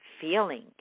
feeling